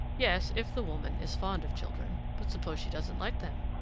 yes, if the woman is fond of children but suppose she doesn't like them?